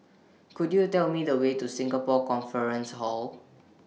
Could YOU Tell Me The Way to Singapore Conference Hall